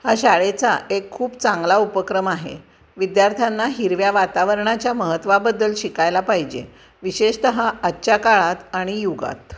हा शाळेचा एक खूप चांगला उपक्रम आहे विद्यार्थ्यांना हिरव्या वातावरणाच्या महत्त्वाबद्दल शिकायला पाहिजे विशेषतः आजच्या काळात आणि युगात